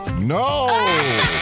No